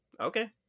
okay